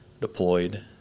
deployed